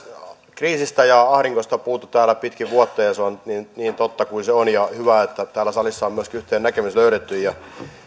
kriisistä ja ahdingosta on täällä puhuttu pitkin vuotta ja se on nyt niin totta kuin se on on hyvä että täällä salissa on myöskin yhteinen näkemys löydetty ja